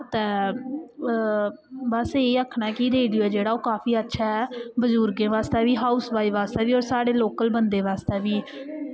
ते बस एह् आखना ऐ कि रेडियो ऐ जेह्ड़ा ओह् काफी अच्छा ऐ बजुर्गें बास्तै बी हाउस वाइफ बास्तै बी होर साढ़े लोकल बंदें बास्तै बी